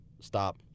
stop